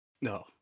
No